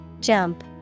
Jump